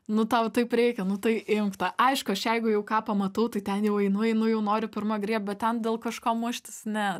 nu tau taip reikia nu tai imk tą aišku aš jeigu jau ką pamatau tai ten jau einu einu jau noriu pirma griebt bet ten dėl kažko muštis ne